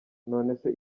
nonese